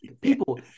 people